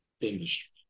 industry